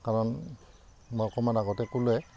কাৰণ মই অকণমান আগতে ক'লোঁৱে